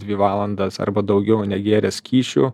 dvi valandas arba daugiau negėręs skysčių